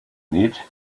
need